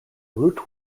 root